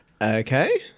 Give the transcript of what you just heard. Okay